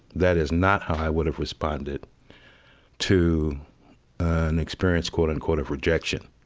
that is not how i would have responded to an experience, quote unquote, of rejection.